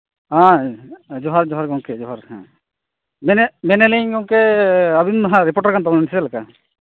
ᱦᱮᱸ ᱡᱚᱦᱟᱨᱼᱡᱚᱦᱟᱨ ᱜᱚᱢᱠᱮ ᱡᱚᱦᱟᱨ ᱜᱮ ᱢᱮᱱᱮᱜ ᱢᱮᱱᱟᱞᱤᱧ ᱜᱚᱢᱠᱮ ᱟᱹᱵᱤᱱ ᱫᱚ ᱱᱟᱜ ᱨᱤᱯᱳᱴᱟᱨ ᱠᱟᱱ ᱛᱟᱵᱚᱱᱟ ᱥᱮ ᱪᱮᱫᱞᱮᱠᱟ